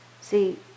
see